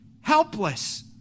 helpless